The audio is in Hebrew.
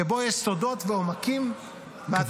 שבו יש סודות ועומקים מהתורה.